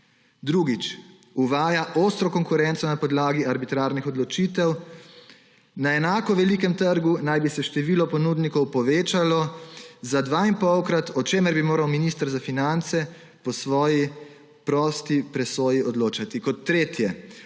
Drugič, uvaja ostro konkurenco na podlagi arbitrarnih odločitev. Na enako velikem trgu naj bi se število ponudnikov povečalo za 2,5-krat, o čemer bi mogel minister za finance odločati po svoji prosti presoji. Kot tretje,